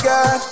God